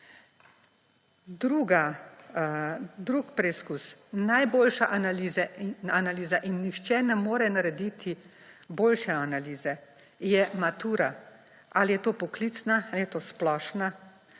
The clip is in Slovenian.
Drugi preizkus. Najboljša analiza in nihče ne more narediti boljše analize, je matura – ali je to poklicna ali je to splošna